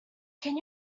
can